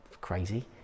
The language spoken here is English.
Crazy